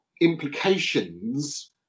implications